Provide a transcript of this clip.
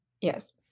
yes